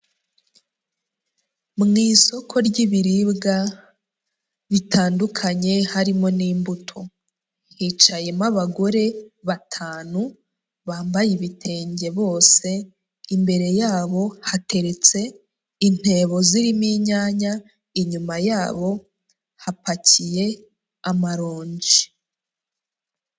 Mu isoko ry'ibiribwa bitandukanye harimo n'imbuto, hicayemo abagore batanu bambaye ibitenge bose, imbere yabo hateretse intebo zirimo inyanya, inyuma yabo hapakiye amaronji.